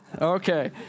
Okay